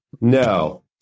No